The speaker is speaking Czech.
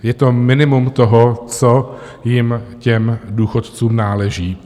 Je to minimum toho, co těm důchodcům náleží.